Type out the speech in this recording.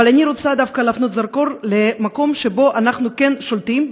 אבל אני רוצה דווקא להפנות זרקור למקום שבו אנחנו כן שולטים,